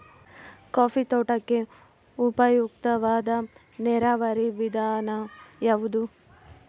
Coffee ತೋಟಕ್ಕೆ ಉಪಯುಕ್ತವಾದ ನೇರಾವರಿ ವಿಧಾನ ಯಾವುದು?